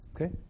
Okay